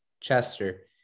Chester